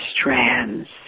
strands